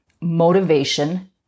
motivation